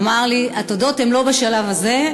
אמר לי: התודות הן לא בשלב הזה,